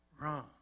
wrong